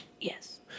Yes